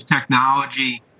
technology